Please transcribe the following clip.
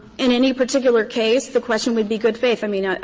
in any particular case, the question would be good faith. i mean,